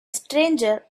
stranger